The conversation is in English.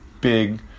big